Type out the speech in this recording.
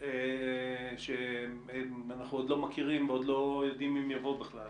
שבו אנחנו נמצאים היום בעידן